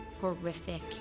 horrific